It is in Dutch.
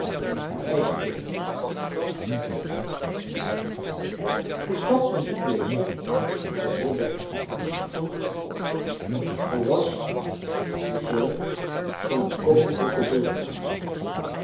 hun eigen beenen namelijk de stadsmuziekmeester was heel deftig en voornaam hij was de zoon van een koninklijken